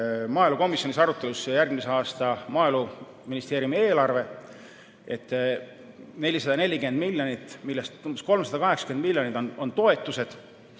maaelukomisjonis arutelul järgmise aasta Maaeluministeeriumi eelarve ja 440 miljonit, millest umbes 380 miljonit on toetused.